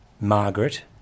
Margaret